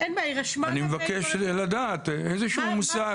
אני מבקש לדעת איזשהו מושג.